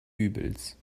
übels